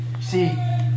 see